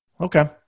Okay